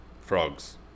frogs